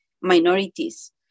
minorities